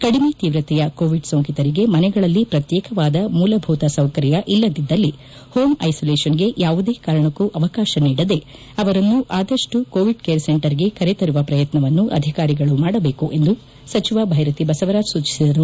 ಕಡಿಮೆ ತೀವ್ರತೆಯ ಕೋವಿಡ್ ಸೋಂಕಿತರಿಗೆ ಮನೆಗಳಲ್ಲಿ ಪ್ರತ್ಯೇಕವಾದ ಮೂಲಭೂತ ಸೌಕರ್ಯ ಇಲ್ಲದಿದ್ದಲ್ಲಿ ಹೋಂ ಐಸೋಲೇಷನ್ಗೆ ಯಾವುದೇ ಕಾರಣಕ್ಕೂ ಅವಕಾಶ ನೀಡದೆ ಅವರನ್ನು ಆದಷ್ಟು ಕೋವಿಡ್ ಕೇರ್ ಸೆಂಟರ್ಗೆ ಕರೆತರುವ ಪ್ರಯತ್ನವನ್ನು ಅಧಿಕಾರಿಗಳು ಮಾಡಬೇಕು ಎಂದು ಸಚಿವ ಬೈರತಿ ಬಸವರಾಜ್ ಸೂಚಿಸಿದರು